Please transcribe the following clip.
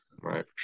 Right